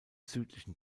südlichen